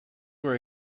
were